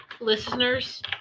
listeners